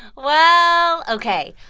well, ok.